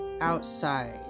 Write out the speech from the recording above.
outside